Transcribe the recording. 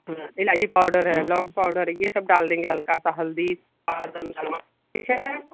इलायची पाउडर है लॉंग पाउडर है सब डाल देंगे हल्का सा हल्दी पाउडर डालिए ठीक है